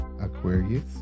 Aquarius